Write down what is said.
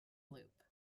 loop